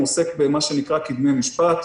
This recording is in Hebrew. הוא עוסק במה שנקרא קדמי משפט,